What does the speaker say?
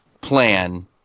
plan